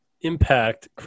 impact